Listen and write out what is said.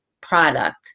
product